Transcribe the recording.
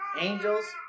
angels